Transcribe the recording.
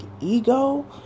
ego